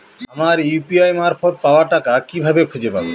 আমার ইউ.পি.আই মারফত পাওয়া টাকা কিভাবে খুঁজে পাব?